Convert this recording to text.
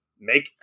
make